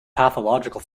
pathological